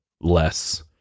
less